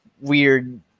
weird